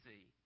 see